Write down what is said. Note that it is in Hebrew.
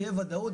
תהיה ודאות,